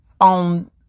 on